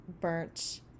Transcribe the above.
burnt